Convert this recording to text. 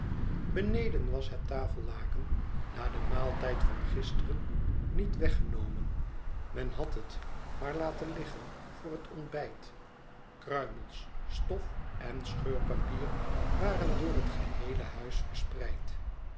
beneden was het tafellaken na den maaltijd van gisteren niet weggenomen men had het maar laten liggen voor het ontbijt kruimels stof en scheurpapier waren door het geheele huis verspreid